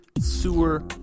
sewer